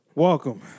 Welcome